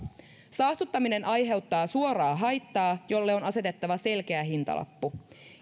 saastuttaminen aiheuttaa suoraa haittaa jolle on asetettava selkeä hintalappu